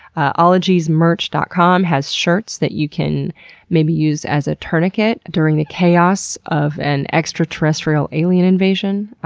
ologiesmerch dot com has shirts that you can maybe use as a tourniquet during the chaos of an extraterrestrial alien invasion.